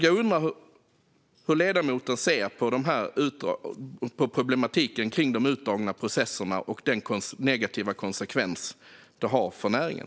Jag undrar hur ledamoten ser på problematiken med de utdragna processerna och den negativa konsekvens som de har för näringen.